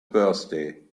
birthday